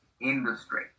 Industry